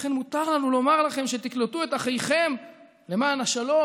ולכן מותר לנו לומר לכם שתקלטו את אחיכם למען השלום,